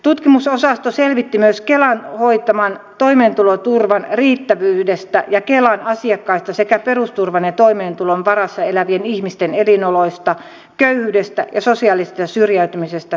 tutkimusosasto tuotti tietoa myös kelan hoitaman toimeentuloturvan riittävyydestä ja kelan asiakkaista sekä perusturvan ja toimeentulon varassa elävien ihmisten elinoloista köyhyydestä ja sosiaalisesta syrjäytymisestä suomessa